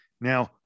Now